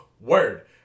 word